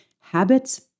habits